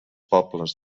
pobles